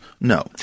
No